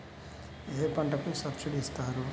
ఏ పంటకు సబ్సిడీ ఇస్తారు?